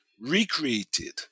recreated